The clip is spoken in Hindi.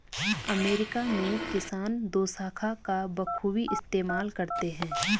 अमेरिका में किसान दोशाखा का बखूबी इस्तेमाल करते हैं